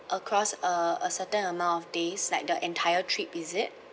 across uh a certain amount of days like the entire trip is it